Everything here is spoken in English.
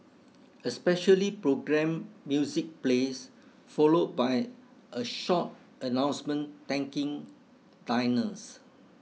a specially programmed music plays followed by a short announcement thanking diners